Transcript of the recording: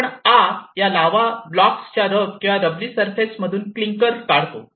आपण आ या लावा ब्लॉक्सच्या रफ किंवा रबली सरफेस मधून क्लिंकर काढतो